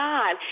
God